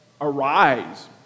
Arise